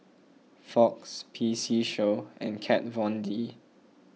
Fox P C Show and Kat Von D